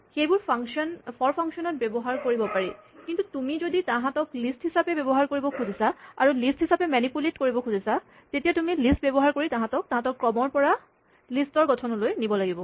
সেইবোৰ ফৰ ফাংচনত ব্যৱহাৰ কৰিব পাৰি কিন্তু তুমি যদি তাহাঁতক লিষ্ট হিচাপে ব্যৱহাৰ কৰিব খুজিছা আৰু লিষ্ট হিচাপে মেনিপুলেট কৰিব খুজিছা তেতিয়া তুমি লিষ্ট ব্যৱহাৰ কৰি তাহাঁতক তাহাঁতৰ ক্ৰমৰ পৰা লিষ্ট ৰ গঠনলৈ নিব লাগিব